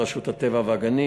רשות הטבע והגנים,